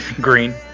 green